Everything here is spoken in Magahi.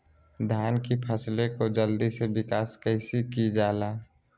धान की फसलें को जल्दी से विकास कैसी कि जाला?